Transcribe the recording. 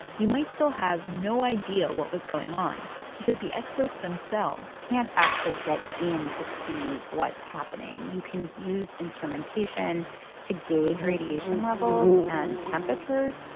you might still have no idea what was going on because the experts themselves. can't actually get in to see what's happening. you can use instrumentation to gauge radiation levels and temperatures,